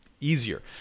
easier